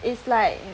is like